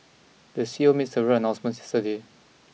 the C E O made several announcements yesterday